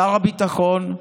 שר הביטחון,